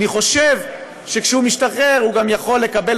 אני חושב שכשהוא משתחרר הוא יכול לקבל